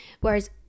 Whereas